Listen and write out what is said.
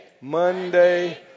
Monday